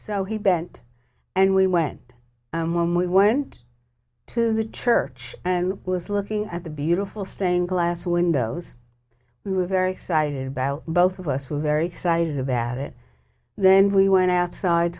so he bent and we went home we went to the church and was looking at the beautiful saying glass windows we were very excited about both of us were very excited about it then we went outside